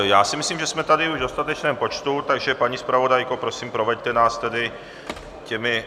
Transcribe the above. Já si myslím, že jsme tady už v dostatečném počtu, takže paní zpravodajko, prosím, proveďte nás tedy těmi...